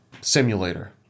simulator